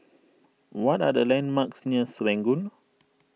what are the landmarks near Serangoon